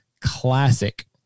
Classic